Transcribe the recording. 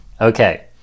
okay